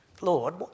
Lord